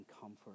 comfort